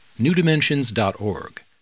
newdimensions.org